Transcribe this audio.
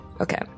Okay